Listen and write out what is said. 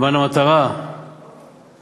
למען המטרה הראויה,